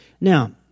Now